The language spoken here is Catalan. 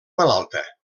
malalta